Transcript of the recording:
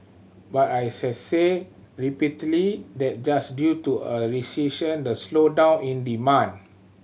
but as I said repeatedly that just due to a recession the slowdown in demand